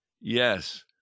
yes